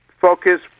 focus